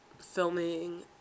filming